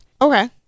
Okay